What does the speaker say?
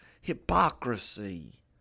hypocrisy